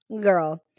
girl